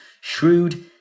Shrewd